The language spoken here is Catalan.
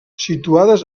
situades